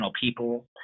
people